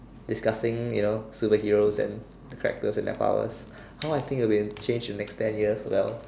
disgusting you know superheroes and the characters and their powers how I think it will change in the next ten years well